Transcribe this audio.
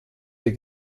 der